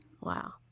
Wow